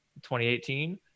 2018